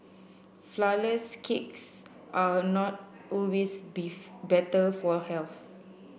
flourless cakes are not always better for health